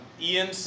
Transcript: Ian